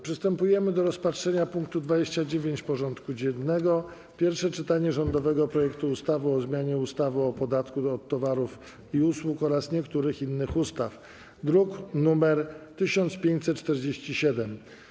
Przystępujemy do rozpatrzenia punktu 29. porządku dziennego: Pierwsze czytanie rządowego projektu ustawy o zmianie ustawy o podatku od towarów i usług oraz niektórych innych ustaw (druk nr 1547)